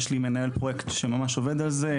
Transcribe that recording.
יש לי מנהל פרויקט שממש עובד על זה.